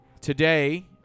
today